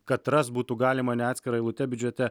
kad rast būtų galima ne atskira eilute biudžete